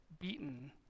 beaten